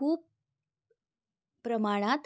खूप प्रमाणात